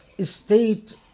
State